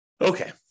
Okay